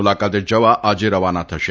મુલાકાતે જવા આજે રવાના થશે